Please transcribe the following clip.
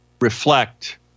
reflect